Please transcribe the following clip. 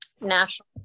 national